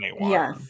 Yes